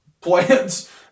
Plants